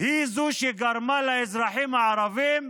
היא זו שגרמה לאזרחים הערבים,